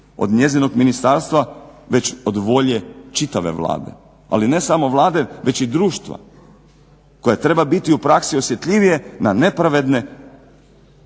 od njezinog ministarstva već od volje čitave Vlade. Ali ne samo Vlade već i društva koje treba biti u praksi osjetljivije na nepravedne,